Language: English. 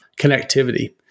connectivity